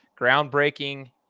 groundbreaking